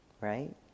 right